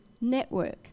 Network